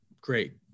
Great